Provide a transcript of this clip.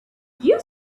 you